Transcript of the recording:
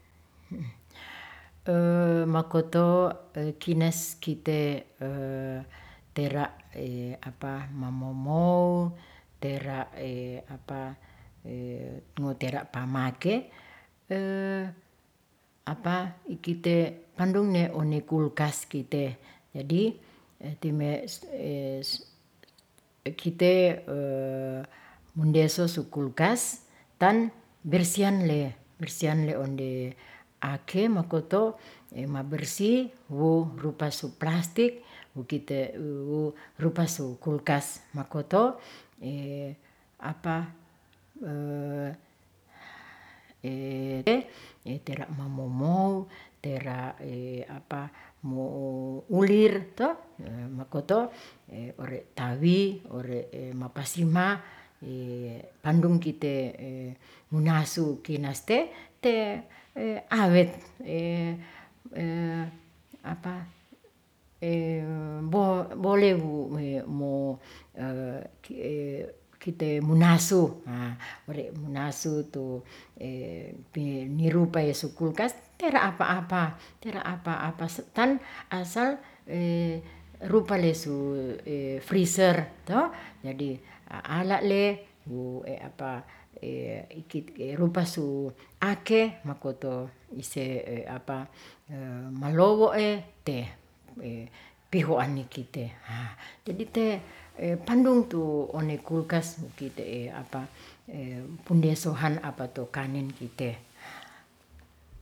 makoto kines kite tera' mangongow tera' tera' pamake ikite pandunge onge kulkas kite, jadi kite ondesu su kulkas ton bersian le, bersian le onde ake mokoto mabersi wo rupasu plastik wo kite rupasu kulkas makoto etela mongongow tera' mo ulir to mokoto ore' tawi ore' mapassima andung kite munasu kinaste te awet bolewu kite munasu ore' munasu tu penirupa si kulkas tera apa-apa, tera apa-apa ton asal rupalesu friser to jadi aala le rupasu ake makoto ise malowo le te pihoanikite jadi te pandung tuone kulkas pundesohan apatu kanin kite.